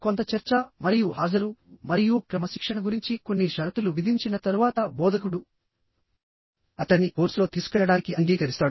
కొంత చర్చ మరియు హాజరు మరియు క్రమశిక్షణ గురించి కొన్ని షరతులు విధించిన తరువాత బోధకుడు అతన్ని కోర్సులో తీసుకెళ్లడానికి అంగీకరిస్తాడు